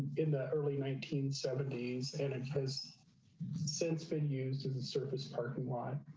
in the early nineteen seventy s, and it has since been used as a surface parking why